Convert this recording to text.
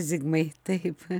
zigmai taip